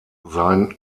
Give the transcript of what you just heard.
sein